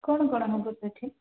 କ'ଣ କ'ଣ ହେବ ସେଇଠି